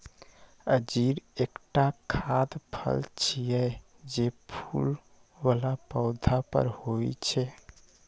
अंजीर एकटा खाद्य फल छियै, जे फूल बला पौधा पर होइ छै